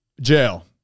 Jail